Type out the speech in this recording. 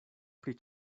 pri